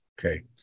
Okay